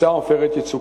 מבצע "עופרת יצוקה".